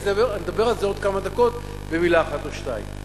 אני אדבר על זה עוד כמה דקות במלה אחת או שתיים.